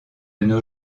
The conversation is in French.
nos